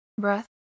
breath